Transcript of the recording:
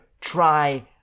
try